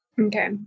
Okay